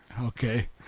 okay